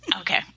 Okay